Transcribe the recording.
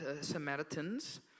Samaritans